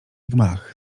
gmach